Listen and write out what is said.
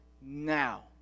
now